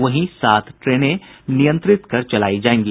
वहीं सात ट्रेनें नियंत्रित कर चलायी जायेंगी